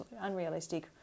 unrealistic